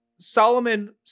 Solomon